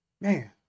man